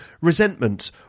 resentment